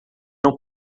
não